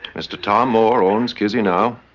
mr. tom moore owns kizzy now.